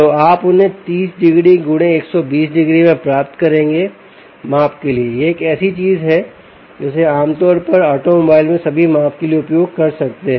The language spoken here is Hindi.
तो आप उन्हें 30 डिग्री × 120 डिग्री में प्राप्त करेंगे माप के लिए यह एक ऐसी चीज है जिसे आप आमतौर पर ऑटोमोबाइल में सभी माप के लिए उपयोग कर सकते हैं